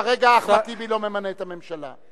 כרגע אחמד טיבי לא ממנה את הממשלה.